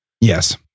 yes